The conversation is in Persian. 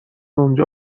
اونجا